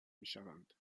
میشوند